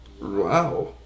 Wow